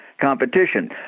competition